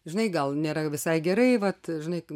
žinai gal nėra visai gerai vat žinai kai